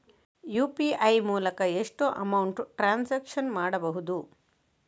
UPI ಮೂಲಕ ಎಷ್ಟು amount transaction ಮಾಡಬಹುದು?